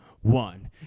one